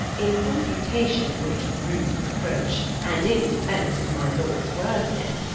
in confutation of which rude reproach, and in defence of my lords worthinesse,